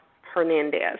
Hernandez